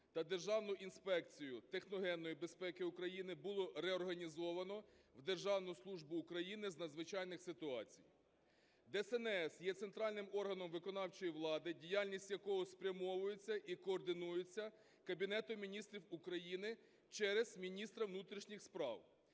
та Державну інспекцію техногенної безпеки України було реорганізовано в Державну службу України з надзвичайних ситуацій. ДСНС є центральним органом виконавчої влади, діяльність якого спрямовується і координується Кабінетом Міністрів України через міністра внутрішніх справ,